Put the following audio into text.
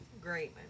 Great